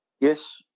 yes